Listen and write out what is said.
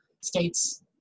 States